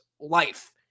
life